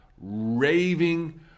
raving